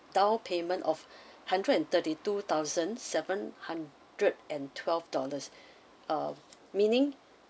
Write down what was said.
down payment of hundred and thirty two thousand seven hundred and twelve dollars uh meaning